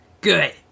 Good